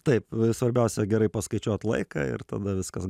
taip svarbiausia gerai paskaičiuot laiką ir tada viskas